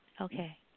Okay